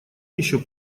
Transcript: еще